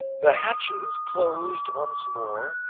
the hatches closed once more,